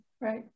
right